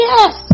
Yes